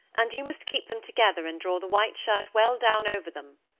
and you must keep them together and draw the white shirt well down over them.